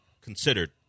considered